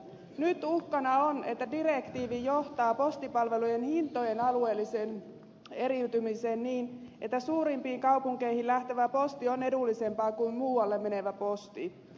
nyt uhkana on että direktiivi johtaa postipalvelujen hintojen alueelliseen eriytymiseen niin että suurimpiin kaupunkeihin lähtevä posti on edullisempaa kuin muualle menevä posti